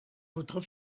votre